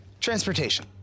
Transportation